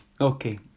okay